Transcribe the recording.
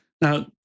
Now